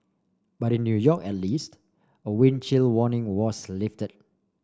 but in New York at least a wind chill warning was lifted